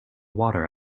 water